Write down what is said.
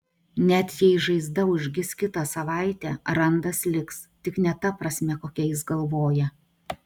net jei žaizda užgis kitą savaitę randas liks tik ne ta prasme kokia jis galvoja